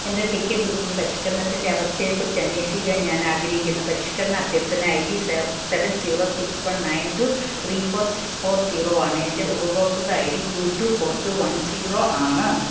എൻ്റെ ticket booking പരിഷ്ക്കരണത്തിൻ്റെ അവസ്ഥയെക്കുറിച്ച് അന്വേഷിക്കാൻ ഞാൻ ആഗ്രഹിക്കുന്നു പരിഷ്ക്കരണ അഭ്യർത്ഥന I D seven zero six one nine two three four six four zero ആണ് എൻ്റെ ഉപഭോക്തൃ I D two two four two one zero ആണ്